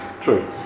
True